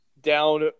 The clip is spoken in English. Down